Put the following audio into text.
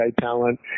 talent